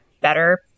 better